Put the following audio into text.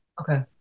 Okay